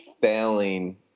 failing